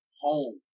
home